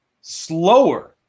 slower